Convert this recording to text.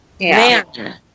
Man